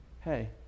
hey